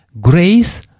Grace